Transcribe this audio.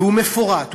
והוא מפורט,